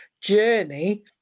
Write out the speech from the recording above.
journey